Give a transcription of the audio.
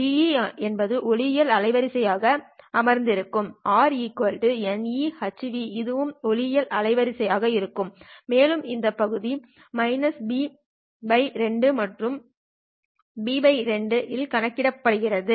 Be என்பது ஒளியியல் அலைவரிசை ஆக அமர்ந்திருக்கும் Rηehν இதுவும் ஒளியியல் அலைவரிசை ஆக இருக்கும் மேலும் இந்த பகுதி B02 மற்றும் B02 இல் கணக்கிடப்படவில்லை